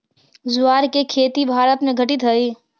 ज्वार के खेती भारत में घटित हइ